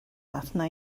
arna